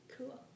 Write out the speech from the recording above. Cool